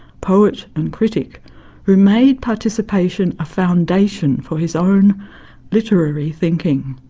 poet and critic who made participation a foundation for his own literary thinking.